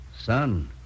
Son